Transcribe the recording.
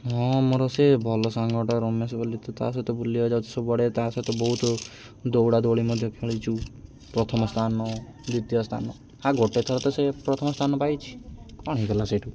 ହଁ ମୋର ସେ ଭଲ ସାଙ୍ଗଟା ରମେଶ ବୋଲିି ତ ତା'ସହିତ ବୁଲିବାକୁ ଯାଉଛି ସବୁଆଡ଼େ ତା'ସହିତ ବହୁତ ଦୌଡ଼ା ଦୌଡ଼ି ମଧ୍ୟ ଖେଳିଛୁ ପ୍ରଥମ ସ୍ଥାନ ଦ୍ୱିତୀୟ ସ୍ଥାନ ଆଉ ଗୋଟେ ଥର ତ ସେ ପ୍ରଥମ ସ୍ଥାନ ପାଇଛି କ'ଣ ହୋଇଗଲା ସେଇଠୁ